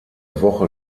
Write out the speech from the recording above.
woche